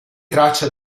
traccia